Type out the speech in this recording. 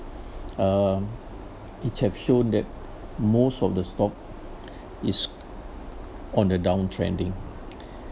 uh it have shown that most of the stock is on the downtrending